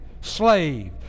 slave